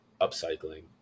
upcycling